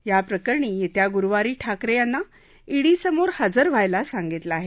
या प्रकरणी येत्या गुरुवारी ठाकरे यांना ईडी समोर हजर व्हायला सांगितलं आहे